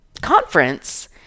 conference